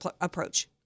approach